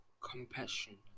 compassion